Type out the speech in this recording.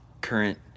current